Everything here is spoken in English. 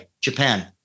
Japan